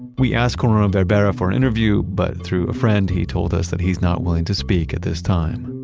we asked corona-verbera for an interview, but through a friend he told us that he's not willing to speak at this time